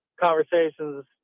conversations